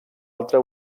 altra